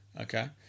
Okay